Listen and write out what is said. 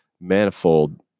manifold